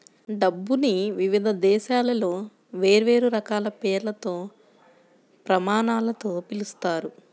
డబ్బుని వివిధ దేశాలలో వేర్వేరు రకాల పేర్లతో, ప్రమాణాలతో పిలుస్తారు